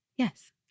Yes